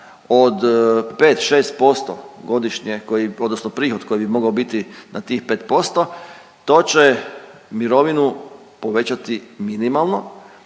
od 5-6% godišnje koji, odnosno prihod koji bi mogao biti na tih 5% to će mirovinu povećati minimalno,